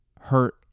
hurt